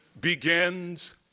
begins